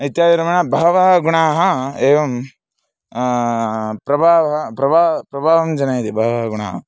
इत्यादि रुपेण बहवः गुणाः एवं प्रभावं प्रभावं प्रभावं जनयन्ति बहवः गुणाः